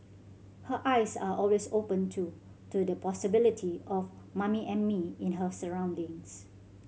her eyes are always open too to the possibility of Mummy and Me in her surroundings